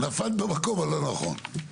נפלת במקום הלא נכון.